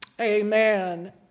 Amen